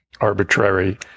arbitrary